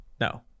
no